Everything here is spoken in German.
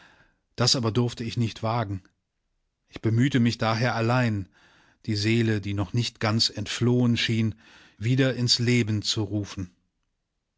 das aber durfte ich nicht wagen ich bemühte mich daher allein die seele die noch nicht ganz entflohen schien wieder ins leben zu rufen